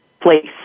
place